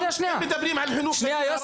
אם מדברים על גיל לידה עד שלוש --- יוסף,